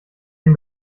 den